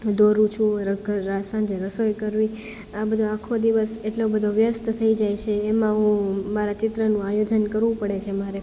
દોરું છું રસોઈ કરી આ બધુ આખો દિવસ એટલો બધો વ્યસ્ત થઈ જાય છે એમાં હું મારા ચિત્રનું આયોજન કરવું પડે છે મારે